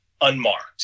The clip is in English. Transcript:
unmarked